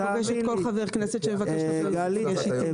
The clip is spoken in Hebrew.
אני פוגשת כל חבר כנסת שמבקש להיפגש אתי.